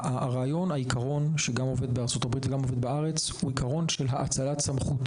העיקרון בארצות הברית ובארץ הוא עיקרון של האצלת סמכות